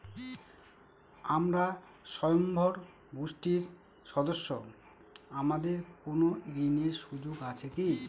আমরা স্বয়ম্ভর গোষ্ঠীর সদস্য আমাদের কোন ঋণের সুযোগ আছে কি?